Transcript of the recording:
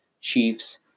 Chiefs